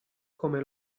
come